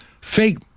fake